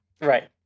Right